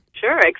Sure